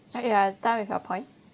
have you done with your point